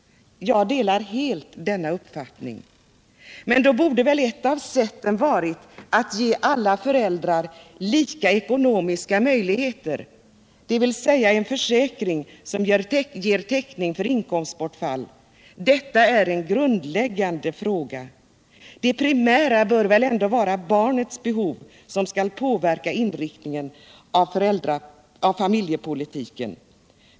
Jag delar helt denna uppfattning. Då borde väl ett av sätten ha varit att ge alla föräldrar ekonomiska möjligheter, dvs. en försäkring som ger täckning för inkomstbortfall. Detta är en grundläggande fråga. Det primära bör väl ändå vara att det är barnets behov som påverkar inriktningen av familjepolitiken.